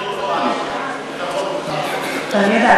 אני יודעת,